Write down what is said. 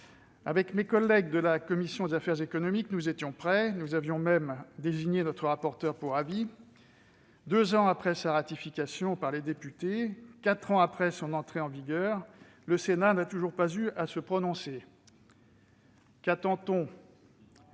Avec mes collègues de la commission des affaires économiques, nous étions prêts. Nous avions même désigné notre rapporteur pour avis. Deux ans après sa ratification par les députés, quatre ans après son entrée en vigueur, le Sénat n'a toujours pas eu à se prononcer. Qu'attend-on ?